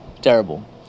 Terrible